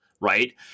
right